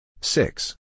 Six